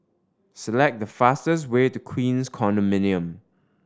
select the fastest way to Queens Condominium